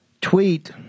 Tweet